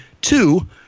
Two